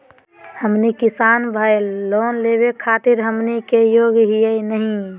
हमनी किसान भईल, लोन लेवे खातीर हमनी के योग्य हई नहीं?